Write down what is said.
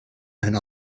and